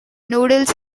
noodles